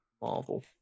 Marvel